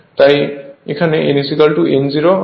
তাই এখানে nn 0 হবে